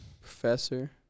professor